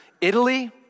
Italy